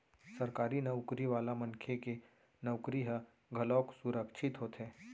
सरकारी नउकरी वाला मनखे के नउकरी ह घलोक सुरक्छित होथे